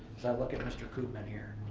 look at mr. coopman, here.